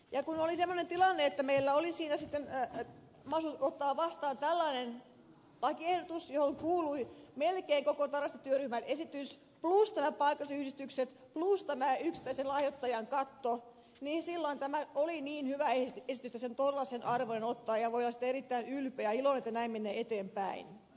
ja kun oli semmoinen tilanne että meillä oli siinä sitten mahdollisuus ottaa vastaan tällainen lakiehdotus johon kuului melkein koko tarastin työryhmän esitys plus nämä paikallisyhdistykset plus tämä yksittäisen lahjoittajan katto niin silloin tämä oli niin hyvä esitys että se tuollaisenaan voi ottaa ja voi olla siitä erittäin ylpeä ja iloinen että näin mennään eteenpäin